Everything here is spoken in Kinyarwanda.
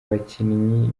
bakinnyi